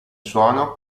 suono